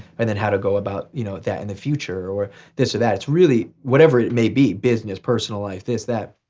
and then how to go about you know that in and the future, or this, or that, it's really whatever it may be business, personal, like this, that.